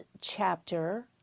chapter